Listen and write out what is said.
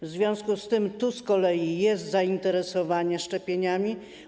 W związku z tym tu z kolei jest zainteresowanie szczepieniami.